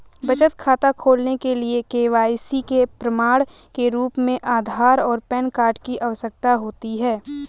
बचत खाता खोलने के लिए के.वाई.सी के प्रमाण के रूप में आधार और पैन कार्ड की आवश्यकता होती है